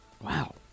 Wow